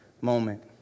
moment